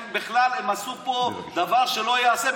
הם בכלל עשו פה דבר שלא ייעשה.